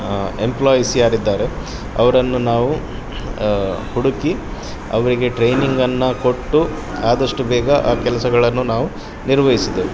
employees ಯಾರಿದ್ದಾರೆ ಅವರನ್ನು ನಾವು ಹುಡುಕಿ ಅವರಿಗೆ ಟ್ರೈನಿಂಗನ್ನು ಕೊಟ್ಟು ಆದಷ್ಟು ಬೇಗ ಆ ಕೆಲಸಗಳನ್ನು ನಾವು ನಿರ್ವಹ್ಸಿದೆವು